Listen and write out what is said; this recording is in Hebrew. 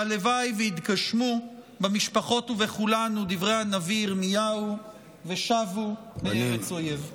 והלוואי ויתגשמו במשפחות ובכולנו דברי הנביא ירמיהו: "ושבו מארץ אויב".